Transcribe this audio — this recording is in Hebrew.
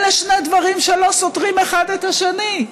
אלה שני דברים שלא סותרים אחד את השני.